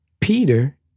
Peter